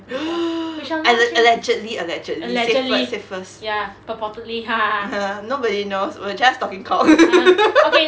alle~ allegedly allegedly say first say first nobody knows we're just talking cock